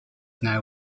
now